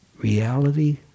reality